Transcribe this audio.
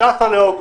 ב-15 באוגוסט.